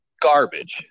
garbage